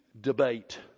debate